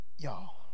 Y'all